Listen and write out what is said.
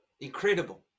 Incredible